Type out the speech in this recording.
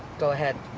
go ahead.